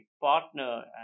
partner